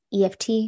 EFT